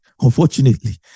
Unfortunately